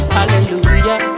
Hallelujah